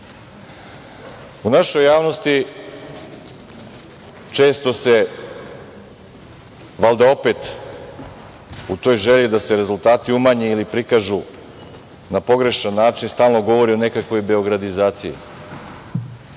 našoj javnosti često se, valjda opet u toj želji da se rezultati umanje ili prikažu, na pogrešan način stalno govori o nekakvoj "beogradizaciji".